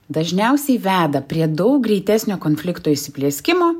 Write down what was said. dažniausiai veda prie daug greitesnio konflikto įsiplieskimo